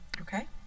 okay